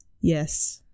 yes